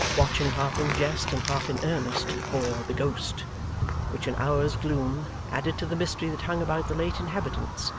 watching half in jest and half in earnest for the ghost which an hour's gloom, added to the mystery that hung about the late inhabitants,